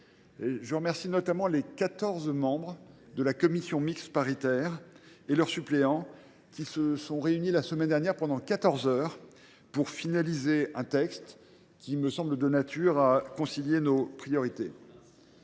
Je remercie sincèrement les quatorze membres de la commission mixte paritaire et leurs suppléants, qui se sont réunis la semaine dernière pendant quatorze heures pour aboutir à un texte qui me semble de nature à concilier nos priorités.